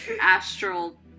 astral